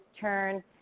turn